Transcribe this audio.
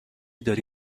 داری